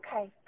okay